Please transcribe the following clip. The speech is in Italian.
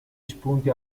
spunti